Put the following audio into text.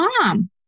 mom